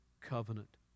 covenant